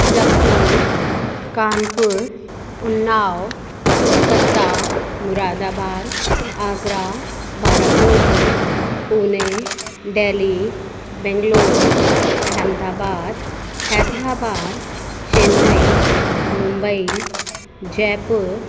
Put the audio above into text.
Lucknow Kanpur Unnao Calcutta Moradabad Agra Barabanki Pune Delhi Bangalore Ahmedabad Hyderabad Chennai Mumbai Jaipur